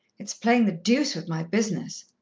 it's playing the deuce with my business.